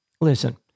Listen